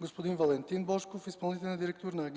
господин Валентин Божков – изпълнителен директор на